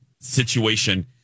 situation